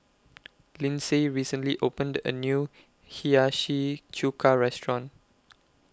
Lynsey recently opened A New Hiyashi Chuka Restaurant